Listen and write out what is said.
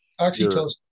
oxytocin